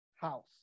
house